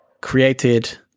created